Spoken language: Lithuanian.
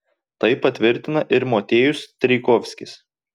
tai patvirtina ir motiejus strijkovskis